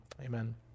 amen